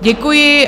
Děkuji.